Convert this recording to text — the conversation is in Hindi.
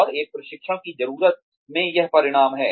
और एक प्रशिक्षण की जरूरत में यह परिणाम है